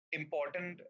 important